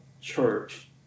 church